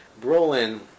Brolin